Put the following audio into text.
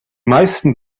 meisten